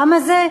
למה זה?